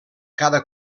cada